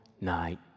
night